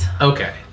Okay